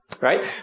Right